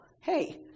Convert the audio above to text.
Hey